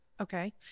Okay